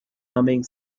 humming